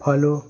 follow